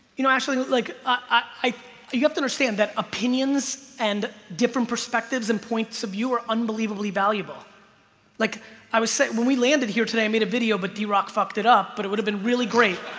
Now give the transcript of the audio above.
you know, actually like i you you have to understand that opinions and different perspectives and points of view are unbelievably valuable like i was saying when we landed here today, i made a video but d-roc fucked it up, but it would have been really great